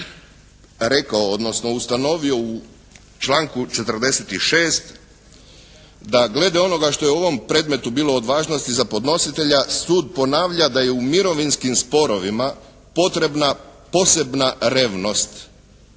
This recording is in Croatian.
ustanovio u članku 46. da glede onoga što je u ovom predmetu bilo od važnosti za podnositelja sud ponavlja da je u mirovinskim sporovima potrebna posebna revnost